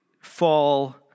fall